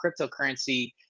cryptocurrency